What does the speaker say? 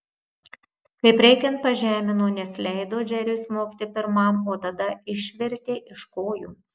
kaip reikiant pažemino nes leido džeriui smogti pirmam o tada išvertė iš kojų